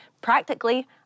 practically